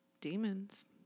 demons